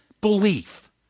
belief